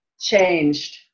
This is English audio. changed